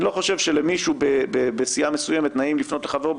אני לא חושב שלמישהו בסיעה מסוימת נעים לפנות לחבר.